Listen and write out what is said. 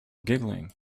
giggling